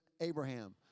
Abraham